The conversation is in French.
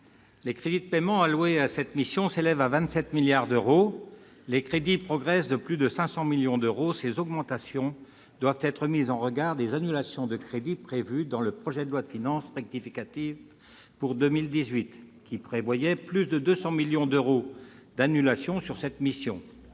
les crédits de paiement alloués à cette mission s'élèvent à 27 milliards d'euros. Ils progressent de plus de 500 millions d'euros. Ces augmentations doivent être mises en regard des annulations de crédits prévues dans le projet de loi de finances rectificative pour 2018, qui se montent à plus de 200 millions d'euros sur cette mission.